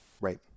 Right